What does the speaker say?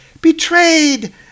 betrayed